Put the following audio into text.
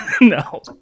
No